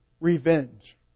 revenge